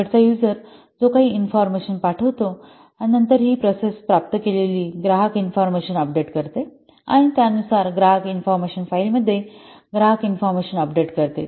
शेवटचा यूजर जो काही ग्राहक इन्फॉर्मेशन पाठवितो नंतर ही प्रोसेस प्राप्त केलेली ग्राहक इन्फॉर्मेशन अपडेट करते आणि त्यानुसार ते ग्राहक इन्फॉर्मेशन फाईल मध्ये ग्राहक इन्फॉर्मेशन अपडेट करते